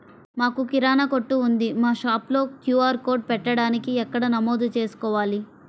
మాకు కిరాణా కొట్టు ఉంది మా షాప్లో క్యూ.ఆర్ కోడ్ పెట్టడానికి ఎక్కడ నమోదు చేసుకోవాలీ?